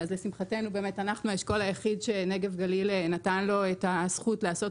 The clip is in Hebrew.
אז לשמחתנו אנחנו האשכול היחיד שנגב גליל נתן לו את הזכות לעשות